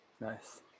Nice